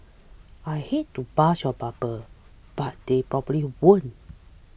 I hate to burst your bubble but they probably won't